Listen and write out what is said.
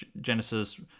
Genesis